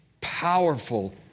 powerful